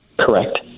Correct